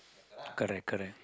correct correct